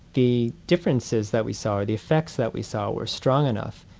the differences that we saw, the effects that we saw were strong enough.